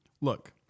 look